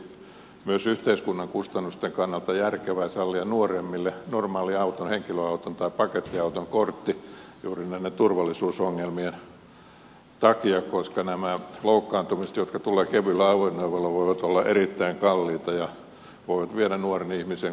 olisi myös yhteiskunnan kustannusten kannalta järkevää sallia nuoremmille normaalin auton henkilöauton tai pakettiauton kortti juuri näiden turvallisuusongelmien takia koska nämä loukkaantumiset jotka tulevat kevyillä ajoneuvoilla voivat olla erittäin kalliita ja voivat viedä nuoren ihmisen koko elämän